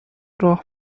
راه